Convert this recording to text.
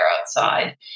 outside